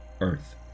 Earth